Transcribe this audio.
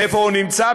איפה הוא נמצא?